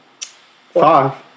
Five